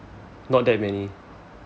not that many